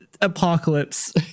apocalypse